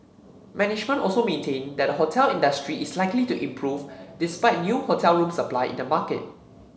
management also maintain that the hotel industry is likely to improve despite new hotel room supply in the market